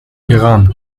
iran